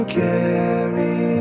carry